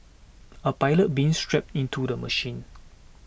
a pilot being strapped into the machine